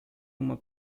uma